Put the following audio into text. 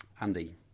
Andy